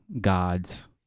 gods